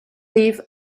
leave